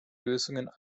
lösungen